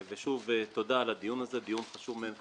ושוב, תודה על הדיון הזה, דיון חשוב מעין כמותו,